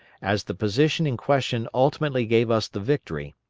as the position in question ultimately gave us the victory,